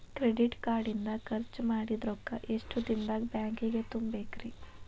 Credit card ಇಂದ್ ಖರ್ಚ್ ಮಾಡಿದ್ ರೊಕ್ಕಾ ಎಷ್ಟ ದಿನದಾಗ್ ಬ್ಯಾಂಕಿಗೆ ತುಂಬೇಕ್ರಿ?